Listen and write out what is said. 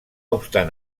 obstant